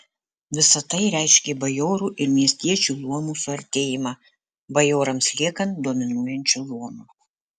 visa tai reiškė bajorų ir miestiečių luomų suartėjimą bajorams liekant dominuojančiu luomu